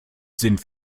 sind